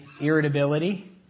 irritability